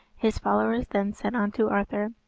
his followers then said unto arthur,